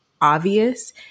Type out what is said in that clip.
obvious